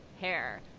hair